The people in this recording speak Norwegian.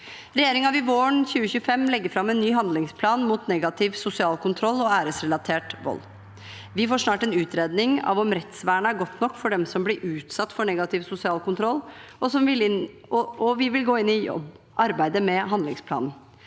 Regjeringen vil våren 2025 legge fram en ny handlingsplan mot negativ sosial kontroll og æresrelatert vold. Vi får snart en utredning av om rettsvernet er godt nok for dem som blir utsatt for negativ sosial kontroll, og vi vil gå inn i arbeidet med handlingsplanen.